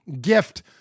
gift